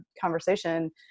conversation